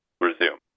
resume